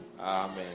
Amen